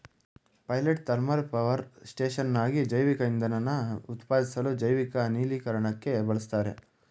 pilot thermal power ಸ್ಟೇಷನ್ಗಾಗಿ ಜೈವಿಕಇಂಧನನ ಉತ್ಪಾದಿಸ್ಲು ಜೈವಿಕ ಅನಿಲೀಕರಣಕ್ಕೆ ಬಳುಸ್ತಾರೆ